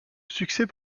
succès